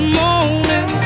morning